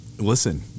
listen